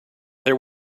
there